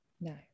No